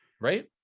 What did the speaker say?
right